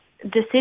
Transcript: decision